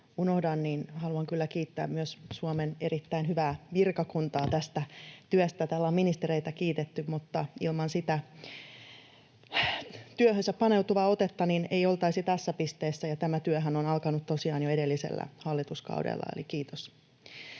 haluan kyllä kiittää myös Suomen erittäin hyvää virkakuntaa tästä työstä. Täällä on ministereitä kiitetty, mutta ilman sitä työhönsä paneutuvaa otetta ei oltaisi tässä pisteessä, ja tämä työhän on alkanut tosiaan jo edellisellä hallituskaudella. Eli kiitos.